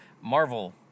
Marvel